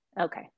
Okay